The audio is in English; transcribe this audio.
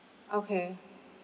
okay